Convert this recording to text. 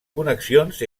connexions